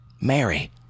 Mary